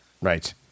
Right